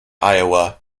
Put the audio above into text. iowa